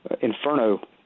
Inferno